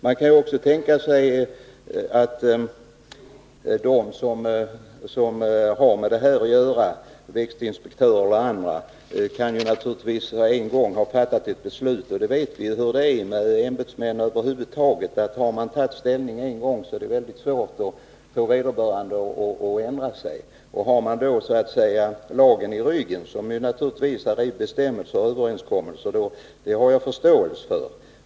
Man kan också tänka sig att växtinspektörer och andra som har med saken att göra har fattat ett förhastat beslut. Vi vet hur det är med ämbetsmän över huvud taget: har de en gång tagit ställning är det mycket svårt att få dem att ändra sig. Har de då så att säga lagen i ryggen är det ännu svårare. Att det finns bestämmelser och överenskommelser har jag förståelse för.